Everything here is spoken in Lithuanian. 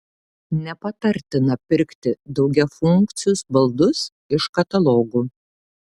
nepatartina pirkti daugiafunkcius baldus iš katalogų